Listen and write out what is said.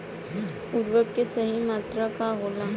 उर्वरक के सही मात्रा का होला?